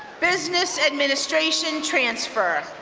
business administration transfer.